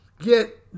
get